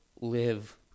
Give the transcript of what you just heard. live